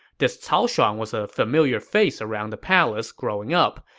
this cao shuang was a familiar face around the palace growing up,